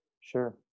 sure